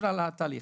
תקשיב לתהליך.